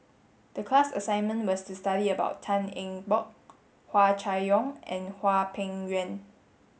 the class assignment was to study about Tan Eng Bock Hua Chai Yong and Hwang Peng Yuan